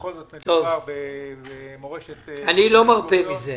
בכל זאת מדובר במורשת --- אני לא מרפה מזה.